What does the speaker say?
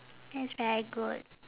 that's very good